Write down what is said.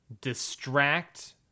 distract